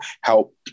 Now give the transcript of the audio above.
help